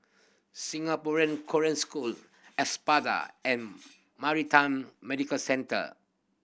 Singapore Korean School Espada and Maritime Medical Centre